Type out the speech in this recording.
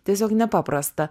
tiesiog nepaprasta